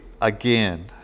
again